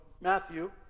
Matthew